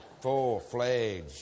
full-fledged